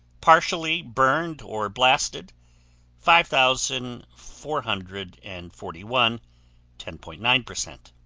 partially burned or blasted five thousand four hundred and forty one ten point nine